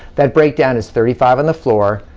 that breakdown is thirty five on the floor,